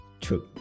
true